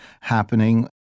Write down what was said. happening